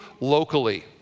locally